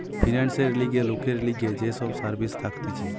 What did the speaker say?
ফিন্যান্সের লিগে লোকের লিগে যে সব সার্ভিস থাকতিছে